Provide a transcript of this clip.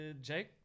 Jake